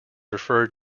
referred